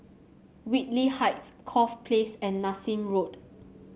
Whitley Heights Corfe Place and Nassim Road